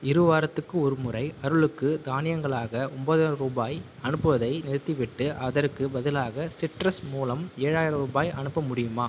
இருவாரத்துக்கு ஒருமுறை அருளுக்கு தானியங்களாக ஒன்பதாயிரம் ரூபாய் அனுப்புவதை நிறுத்திவிட்டு அதற்குப் பதிலாக சிட்ரஸ் மூலம் ஏழாயிரம் ரூபாய் அனுப்ப முடியுமா